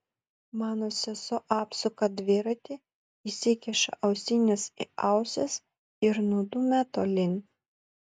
mano sesuo apsuka dviratį įsikiša ausines į ausis ir nudumia tolyn